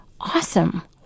Awesome